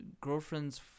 girlfriend's